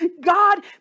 God